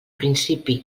principi